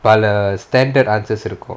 பல:pala standard answer இருக்கும்:irukum